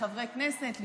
כחברי הכנסת,